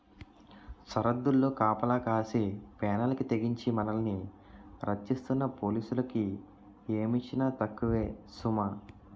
సరద్దుల్లో కాపలా కాసి పేనాలకి తెగించి మనల్ని రచ్చిస్తున్న పోలీసులకి ఏమిచ్చినా తక్కువే సుమా